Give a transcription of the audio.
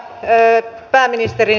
arvoisa puhemies